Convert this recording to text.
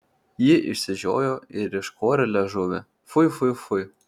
ji išsižiojo ir iškorė liežuvį fui fui fui